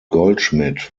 goldschmidt